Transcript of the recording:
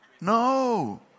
No